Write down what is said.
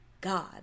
God